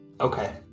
okay